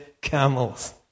camels